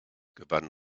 gewann